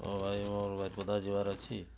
ଓ ଭାଇ ମୋର୍ ବାରିପଦା ଯିବାର୍ ଅଛି